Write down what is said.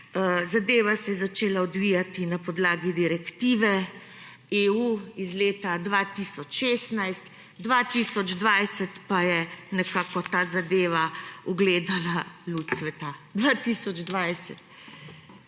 zadeva se je začela odvijati na podlagi direktive EU iz leta 2016, 2020 pa je nekako ta zadeva ugledala luč sveta. 2020.